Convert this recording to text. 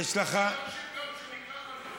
אני מצליח להקשיב גם כשאני ככה.